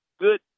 good